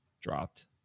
dropped